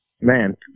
man